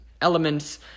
elements